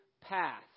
path